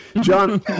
John